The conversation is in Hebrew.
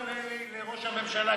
תודה גם לראש הממשלה,